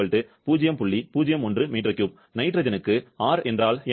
01 m3 நைட்ரஜனுக்கு R என்றால் என்ன